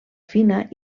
fina